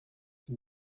iyi